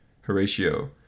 Horatio